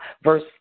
Verse